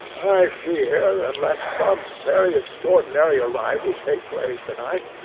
i fear, unless some very extraordinary arrivals take place to-night,